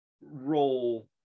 role